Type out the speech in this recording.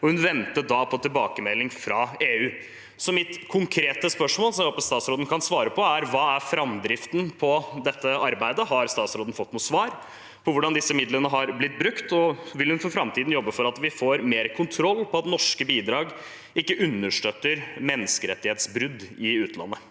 Hun ventet da på tilbakemelding fra EU. Mitt konkrete spørsmål, som jeg håper utenriksministeren kan svare på, er: Hva er framdriften innen dette arbeidet? Har utenriksministeren fått noe svar på hvordan disse midlene har blitt brukt, og vil hun i framtiden jobbe for at vi får mer kontroll på at norske bidrag ikke understøtter menneskerettighetsbrudd i utlandet?